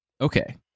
Okay